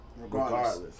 Regardless